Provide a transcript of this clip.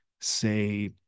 say